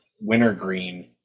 wintergreen